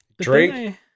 Drake